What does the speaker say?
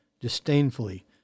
disdainfully